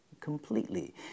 completely